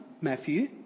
Matthew